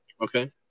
okay